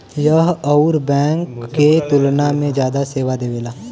यह अउर बैंक के तुलना में जादा सेवा देवेला